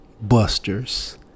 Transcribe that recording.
busters